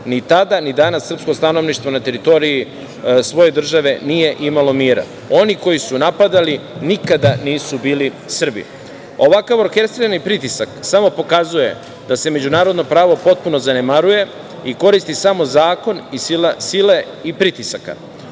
Ni tada ni danas srpsko stanovništvo na teritoriji svoje države nije imalo mira. Oni koji su napadali nikada nisu bili Srbi. Ovakav orkestrirani pritisak samo pokazuje da se međunarodno pravo potpuno zanemaruje i koristi samo zakon sile i pritisaka.